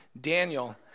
Daniel